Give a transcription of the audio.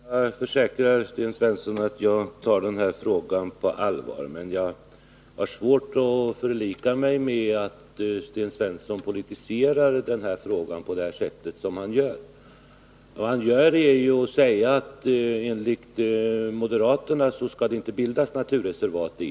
Herr talman! Jag försäkrar Sten Svensson att jag tar denna fråga på allvar. Men jag har svårt att förlika mig med att Sten Svensson politiserar frågan på detta sätt. Han gör det genom att säga att det enligt moderaterna inte skall bildas några naturreservat.